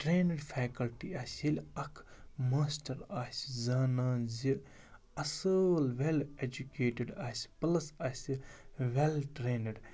trained faculty آسہِ ییٚلہِ اَکھ ماسٹَر آسہِ زانان زِ اَصٕل وٮ۪ل اٮ۪جُکیٹٕڈ آسہِ پٕلَس اَسہِ وٮ۪ل ٹرٛینٕڈ